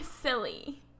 Silly